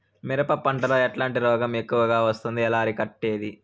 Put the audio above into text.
మిరప పంట లో ఎట్లాంటి రోగం ఎక్కువగా వస్తుంది? ఎలా అరికట్టేది?